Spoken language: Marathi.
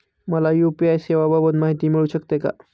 मला यू.पी.आय सेवांबाबत माहिती मिळू शकते का?